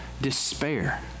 despair